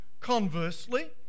Conversely